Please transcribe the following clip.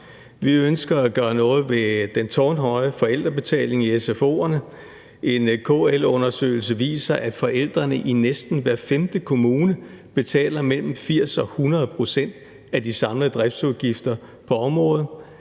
Vi ønsker at gøre noget ved den tårnhøje forældrebetaling i sfo'erne. En KL-undersøgelse viser, at forældrene i næsten hver femte kommune betaler mellem 80 og 100 pct. af de samlede driftsudgifter på området.